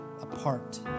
apart